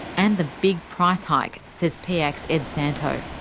and the big price hike, says piac's ed santow.